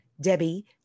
Debbie